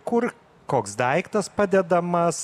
kur koks daiktas padedamas